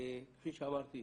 כפי שאמרתי,